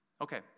Okay